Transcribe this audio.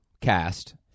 cast